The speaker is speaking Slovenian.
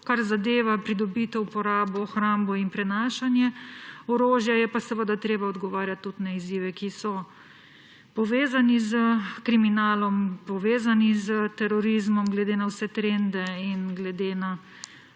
kar zadeva pridobitev, uporabo, hrambo in prenašanje orožja, je pa treba odgovarjati tudi na izzive, ki so povezani s kriminalom, terorizmom, glede na vse trende in glede na